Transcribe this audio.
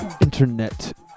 internet